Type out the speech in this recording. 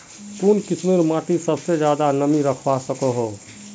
कुन किस्मेर माटी सबसे ज्यादा नमी रखवा सको हो?